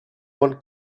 one